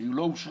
היא לא אושרה.